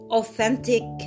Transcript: authentic